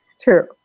true